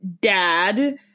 dad